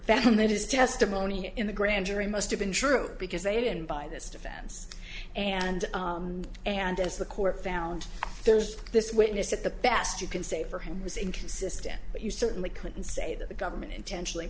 found that his testimony in the grand jury must have been true because they didn't buy this defense and and as the court found there's this witness that the best you can say for him was inconsistent but you certainly couldn't say that the government intentionally